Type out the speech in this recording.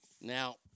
Now